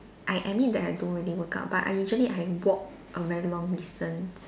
I admit that I don't really work out but I usually I walk a very long distance